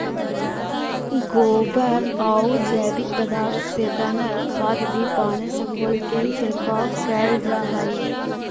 गोबरआउ जैविक पदार्थ से बनल खाद भी पानी में घोलके छिड़काव कैल जा हई